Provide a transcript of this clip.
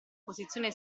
posizione